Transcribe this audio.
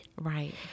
right